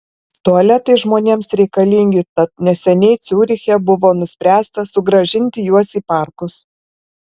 tualetai žmonėms reikalingi tad neseniai ciuriche buvo nuspręsta sugrąžinti juos į parkus